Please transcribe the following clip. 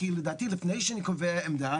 כי לדעתי לפני שאני קובע עמדה,